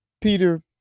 Peter